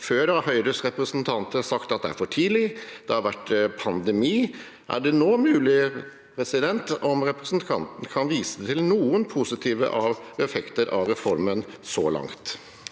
Før har Høyres representanter sagt at det er for tidlig, og det har vært pandemi. Er det nå mulig at representanten kan vise til noen positive effekter av reformen så langt?